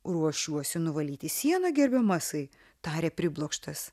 ruošiuosi nuvalyti sieną gerbiamasai tarė priblokštas